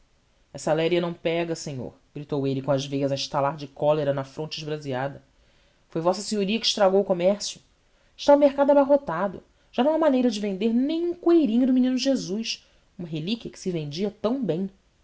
essa léria não pega senhor gritou ele com as veias a estalar de cólera na fronte esbraseada foi vossa senhoria que estragou o comércio está o mercado abarrotado já não há maneira de vender nem um cueirinho do menino jesus uma relíquia que se vendia tão bem